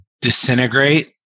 disintegrate